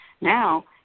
Now